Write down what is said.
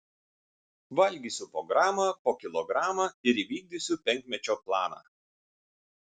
valgysiu po gramą po kilogramą ir įvykdysiu penkmečio planą